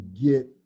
get